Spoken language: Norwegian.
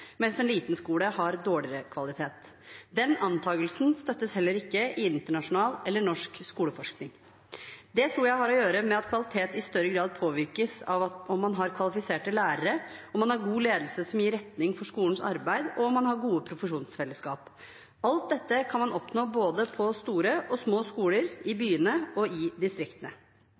mens en liten skole har dårligere kvalitet. Den antagelsen støttes heller ikke i internasjonal eller norsk skoleforskning. Det tror jeg har å gjøre med at kvalitet i større grad påvirkes av om man har kvalifiserte lærere, om man har en god ledelse som gir retning for skolens arbeid, og om man har gode profesjonsfellesskap. Alt dette kan man oppnå på både store og små skoler, i byene og i distriktene.